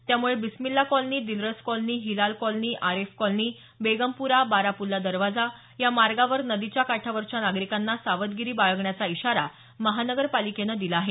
त्यामुळे Bismillah colony Dilras colony Hilal colony Aref colony Begumpura Barapulla दरवाजा या मार्गांवर नदीच्या काठावरच्या नागरिकांना सावधगिरी बाळगण्याचा इशारा महापालिकेनं दिला आहे